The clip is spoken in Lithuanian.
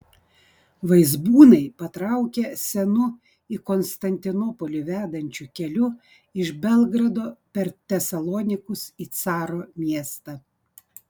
vaizbūnai patraukė senu į konstantinopolį vedančiu keliu iš belgrado per tesalonikus į caro miestą